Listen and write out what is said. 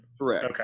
Correct